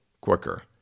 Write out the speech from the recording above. quicker